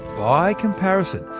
by comparison,